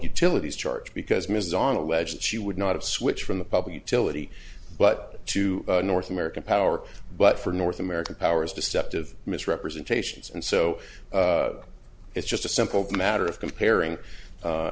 utilities charge because ms is on a ledge she would not have switched from the public utility but to north american power but for north america power is deceptive misrepresentations and so it's just a simple matter of comparing